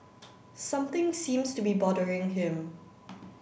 something seems to be bothering him